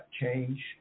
change